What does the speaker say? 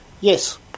Yes